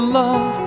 love